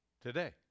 today